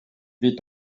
vit